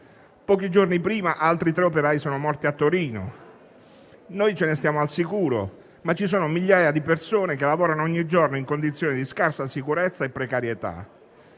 Pochi giorni prima altri tre operai sono morti a Torino. Noi ce ne stiamo al sicuro, ma ci sono migliaia di persone che lavorano ogni giorno in condizioni di scarsa sicurezza e precarietà.